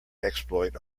exploit